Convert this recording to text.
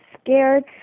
scared